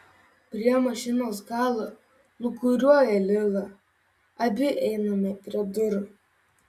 prie mašinos galo lūkuriuoja lila abi einame prie durų